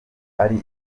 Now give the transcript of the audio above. ari